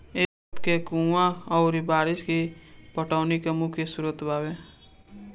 ए वक्त में कुंवा अउरी बारिस ही पटौनी के मुख्य स्रोत बावे